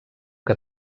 que